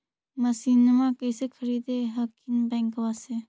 मसिनमा कैसे खरीदे हखिन बैंकबा से?